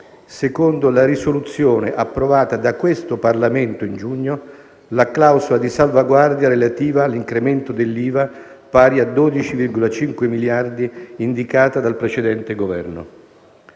secondo la risoluzione approvata da questo Parlamento in giugno, la clausola di salvaguardia relativa all'incremento dell'IVA pari a 12,5 miliardi indicata dal precedente Governo.